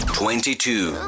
twenty-two